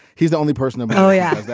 he's the only person in yeah